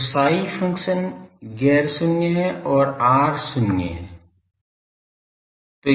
तो साई फ़ंक्शन गैर शून्य है और r शून्य है